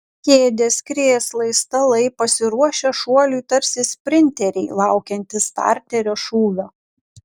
kėdės krėslai stalai pasiruošę šuoliui tarsi sprinteriai laukiantys starterio šūvio